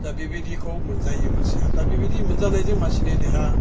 दा बेबायदिखौ मोनजायो मानसिया दा बेबायदि मोनजानायजों मानसिनि देहा